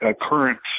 current